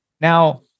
now